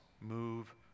move